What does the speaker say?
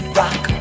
rock